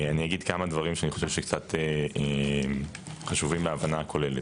אגיד כמה דברים שאני חושב שקצת חשובים להבנה הכוללת.